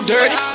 Dirty